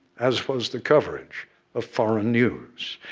as was the coverage of foreign news.